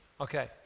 Okay